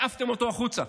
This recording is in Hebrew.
העפתם אותו החוצה.